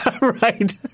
Right